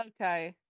okay